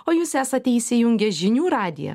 o jūs esate įsijungę žinių radiją